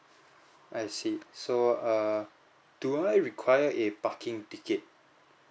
I see so err do I require a parking ticket